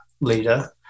leader